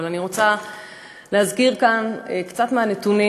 אבל אני רוצה להזכיר כאן קצת מהנתונים